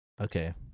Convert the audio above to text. Okay